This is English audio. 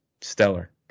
stellar